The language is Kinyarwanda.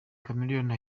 chameleone